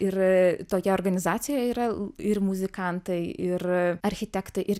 ir toje organizacijoje yra ir muzikantai ir architektai ir